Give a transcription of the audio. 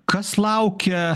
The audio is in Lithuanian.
kas laukia